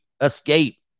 escape